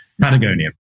Patagonia